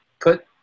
put